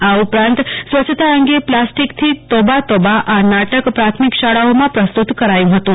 આ ઉપરાંત સ્વચ્છતા અંગે પ્લાસ્ટીકથી તોબા તોબા આ નાટક પ્રાથમિક શાળાઓમાં પ્રસ્તુત કરાયું હતું